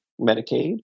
Medicaid